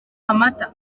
amata